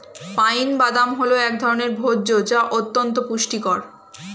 pine বাদাম হল এক ধরনের ভোজ্য যা অত্যন্ত পুষ্টিকর